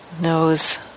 knows